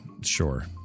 Sure